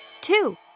two